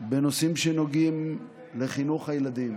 בנושאים שנוגעים לחינוך הילדים,